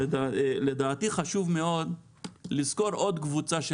לדעתי חשוב מאוד לזכור עוד קבוצה של